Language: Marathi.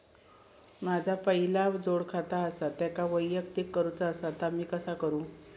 माझा पहिला जोडखाता आसा त्याका वैयक्तिक करूचा असा ता मी कसा करू?